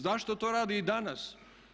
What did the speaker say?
Zašto to radi i danas?